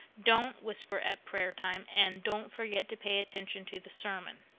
don't whisper at prayer time, and don't forget to pay attention to the sermon.